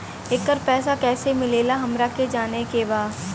येकर पैसा कैसे मिलेला हमरा के जाने के बा?